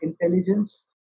intelligence